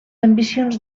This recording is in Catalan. ambicions